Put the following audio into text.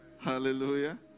Hallelujah